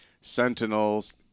Sentinels